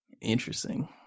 interesting